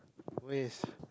waste